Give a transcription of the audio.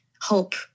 hope